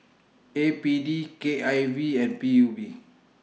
A P D K I V and P U B